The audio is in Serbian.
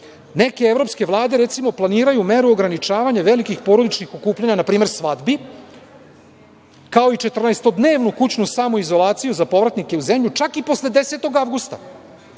dece. Neke evropske vlade, recimo, planiraju meru ograničavanja velikih porodičnih okupljanja npr. svadbi, kao i četrnaestodnevnu kućnu samoizolaciju za povratnike u zemlju čak i posle 10. avgusta.